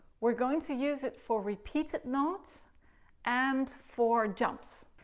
we're going to use it for repeated notes and for jumps.